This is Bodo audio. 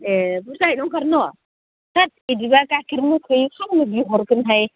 ए बुरजायै अंखारो न थोद इदिब्ला गाइखेर मोखै खालामनो बिहरगोनहाय